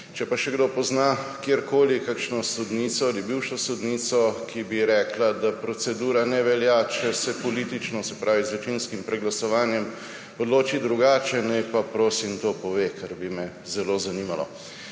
Če pa še kdo pozna kjerkoli kakšno sodnico ali bivšo sodnico, ki bi rekla, da procedura ne velja, če se politično, se pravi z večinskim preglasovanjem, odloči drugače, naj pa prosim to pove, ker bi me zelo zanimalo.